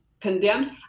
condemned